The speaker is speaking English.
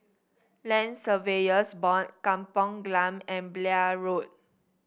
Land Surveyors Board Kampong Glam and Blair Road